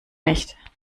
nicht